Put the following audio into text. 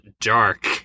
dark